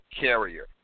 carrier